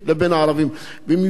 במיוחד בדאליה ועוספיא.